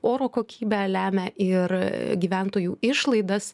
oro kokybę lemia ir gyventojų išlaidas